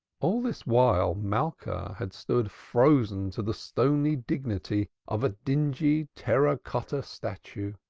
all this while malka had stood frozen to the stony dignity of a dingy terra-cotta statue.